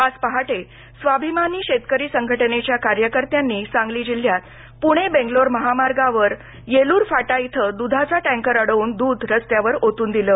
आज पहाटे स्वाभिमानी शेतकरी संघटनेच्या कार्यकर्त्यांनी सांगली जिल्ह्यात पुणे बेंगलोर महामार्गावर फाटा इथं दुधाचा टँकर अडवून दुध रस्त्यावर ओतून दिले